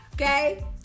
okay